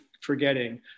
forgetting